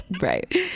right